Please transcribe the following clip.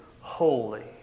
holy